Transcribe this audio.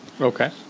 Okay